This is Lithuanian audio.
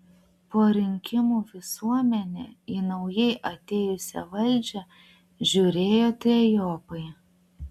po rinkimų visuomenė į naujai atėjusią valdžią žiūrėjo trejopai